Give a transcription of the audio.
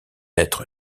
être